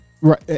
Right